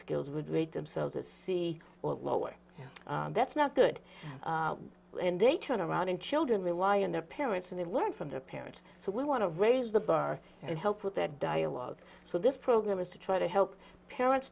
skills would rate themselves as c well lower that's not good and they turn around and children rely on their parents and they learn from their parents so we want to raise the bar and help with that dialogue so this program is to try to help parents